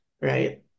right